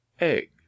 egg